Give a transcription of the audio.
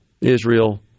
Israel